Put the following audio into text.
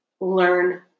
Learn